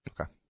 Okay